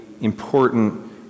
important